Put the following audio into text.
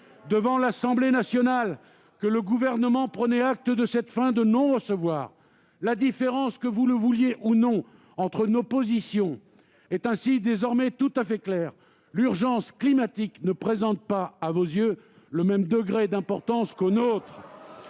devant l'Assemblée nationale, que le Gouvernement prenait acte de cette fin de non-recevoir. La différence, que vous le vouliez ou non, entre nos positions est désormais tout à fait claire : l'urgence climatique ne présente pas, à vos yeux, le même degré d'importance qu'aux nôtres.